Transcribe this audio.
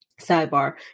sidebar